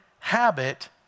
habit